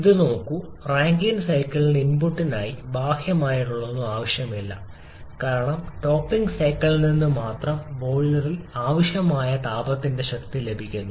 ഇത് നോക്കൂ റാങ്കൈൻ സൈക്കിളിന് ഇൻപുട്ടിനായി ബാഹ്യമൊന്നും ആവശ്യമില്ല കാരണം ടോപ്പിംഗ് സൈക്കിളിൽ നിന്ന് മാത്രം ബോയിലറിൽ ആവശ്യമായ താപത്തിന്റെ ശക്തി ലഭിക്കുന്നു